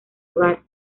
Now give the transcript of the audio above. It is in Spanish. hogar